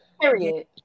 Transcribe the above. Period